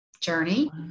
journey